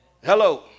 Hello